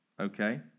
okay